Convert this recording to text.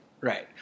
right